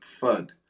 FUD